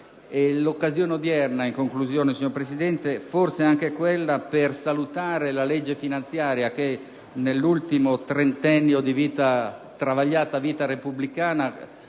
L'occasione odierna, in conclusione, signor Presidente, potrebbe forse servire anche per salutare la legge finanziaria che, nell'ultimo trentennio di travagliata vita repubblicana,